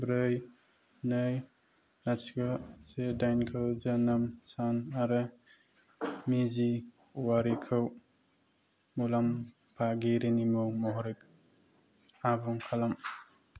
ब्रै नै लाथिख' से दाइन खौ जोनोम सान आरो मिजि औवारिखौ मुलाम्फागिरि मुं महरै आबुं खालाम